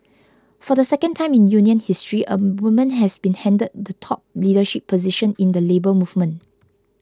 for the second time in union history a woman has been handed the top leadership position in the Labour Movement